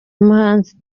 umuhanzi